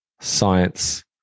science